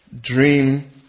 dream